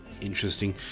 interesting